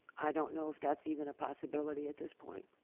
i don't know if that's even a possibility at this point.